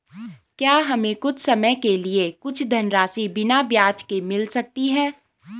क्या हमें कुछ समय के लिए कुछ धनराशि बिना ब्याज के मिल सकती है?